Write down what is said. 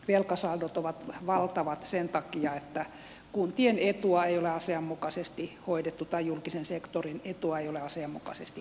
velkasaldot ovat valtavat sen takia että kuntien etua ei ole asianmukaisesti hoidettu tai julkisen sektorin etua ei ole asianmukaisesti